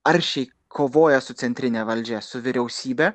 aršiai kovoja su centrine valdžia su vyriausybe